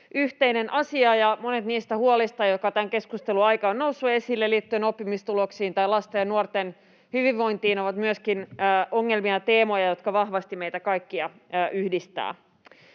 yhteinen asia, ja että monet niistä huolista, joita tämän keskustelun aikana on noussut esille liittyen oppimistuloksiin tai lasten ja nuorten hyvinvointiin, ovat myöskin ongelmia ja teemoja, jotka vahvasti meitä kaikkia yhdistävät.